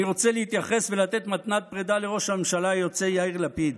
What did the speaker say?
אני רוצה להתייחס ולתת מתנת פרידה לראש הממשלה היוצא יאיר לפיד.